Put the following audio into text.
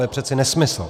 To je přece nesmysl.